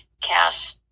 cash